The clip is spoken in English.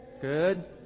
Good